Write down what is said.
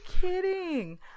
kidding